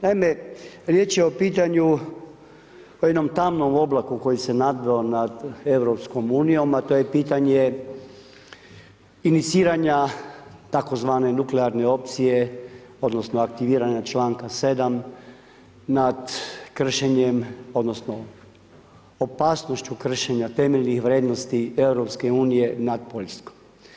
Naime, riječ je o pitanju o jednom tamnom oblakom, koji se nadveo nad EU, a to je pitanje iniciranja, tzv. nuklearne opcije, odnosno, aktiviranje čl. 7. nad kršenjem, odnosno, opasnošću kršenja temeljnih vrijednosti EU, nad Poljskom.